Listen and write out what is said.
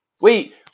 Wait